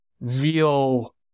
real